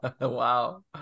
Wow